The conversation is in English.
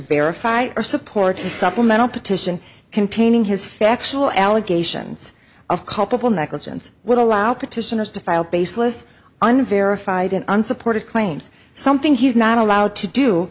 verify or support his supplemental petition containing his factual allegations of culpable negligence would allow petitioners to file baseless unverified and unsupported claims something he's not allowed to do